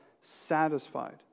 satisfied